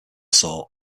sort